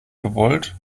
gewollt